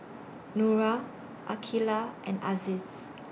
Nura Aqilah and Aziz